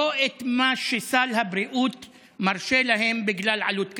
לא את מה שסל הבריאות מרשה להם בגלל עלות כספית,